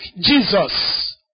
Jesus